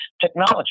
technology